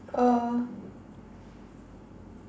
oh